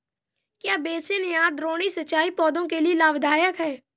क्या बेसिन या द्रोणी सिंचाई पौधों के लिए लाभदायक है?